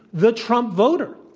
the trump voter.